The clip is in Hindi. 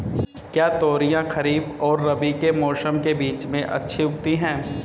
क्या तोरियां खरीफ और रबी के मौसम के बीच में अच्छी उगती हैं?